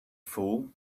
fool